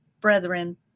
brethren